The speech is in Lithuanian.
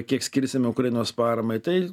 kiek skirsime ukrainos paramai tai